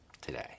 today